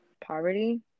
poverty